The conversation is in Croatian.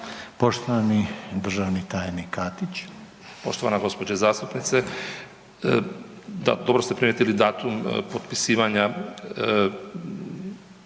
Poštovani državni tajnik Katić. **Katić, Žarko** Poštovana gospođo zastupnice. Da, dobro ste primijetili datum potpisivanja